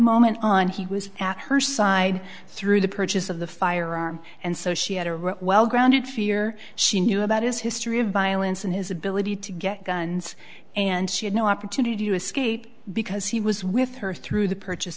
moment on he was at her side through the purchase of the firearm and so she had a real well grounded fear she knew about his history of violence and his ability to get guns and she had no opportunity to escape because he was with her through the purchase